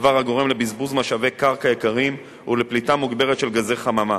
דבר הגורם לבזבוז משאבי קרקע יקרים ולפליטה מוגברת של גזי חממה.